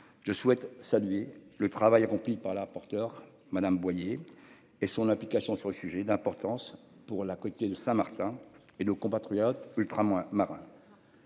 je souhaite saluer le travail accompli par la rapporteure Madame Boyer et son implication sur le sujet d'importance pour la côté de Saint-Martin et le compatriote ultra moins